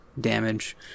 damage